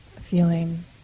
feeling